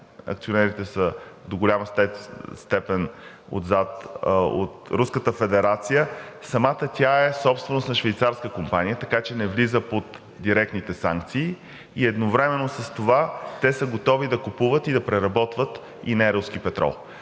акционерите са до голяма степен от Руската федерация, самата тя е собственост на швейцарска компания, така че не влиза под директните санкции, и едновременно с това те са готови да купуват и да преработват и неруски петрол,